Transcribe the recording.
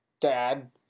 dad